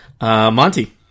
Monty